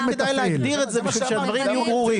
רק כדי להגדיר את זה בשביל שהדברים יהיו ברורים.